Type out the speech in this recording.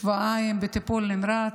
שבועיים בטיפול נמרץ,